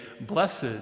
Blessed